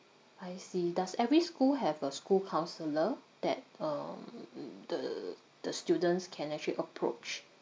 I see does every school have a school counsellor that um mm the the students can actually approach